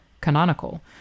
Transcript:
canonical